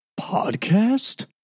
podcast